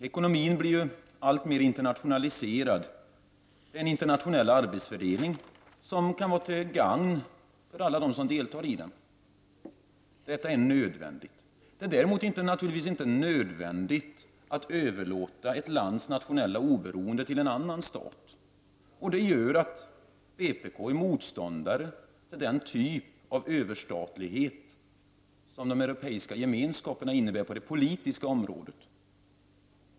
Herr talman! Ekonomin blir alltmer internationaliserad. Den internationella arbetsfördelningen kan vara till gagn för alla som deltar i den. Detta är nödvändigt. Däremot är det naturligtvis inte nödvändigt att överlåta ett lands nationella oberoende på en annan stat. Det gör att vpk är motståndare till den typ av överstatlighet som de europeiska gemenskaperna innebär på det politiska området.